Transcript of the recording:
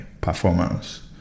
performance